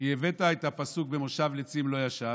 כי הבאת את הפסוק "ובמושב לצים לא ישב",